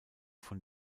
von